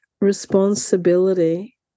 responsibility